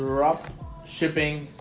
drop shipping